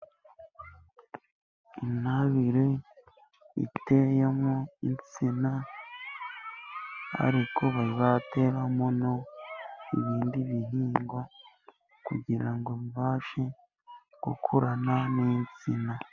Intabire iteyemo insina, ariko bazateramo n'bindi bihingwa, kugira ngo bibashe gukurana n'insina.